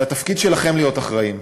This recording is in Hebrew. זה התפקיד שלכם להיות אחראיים.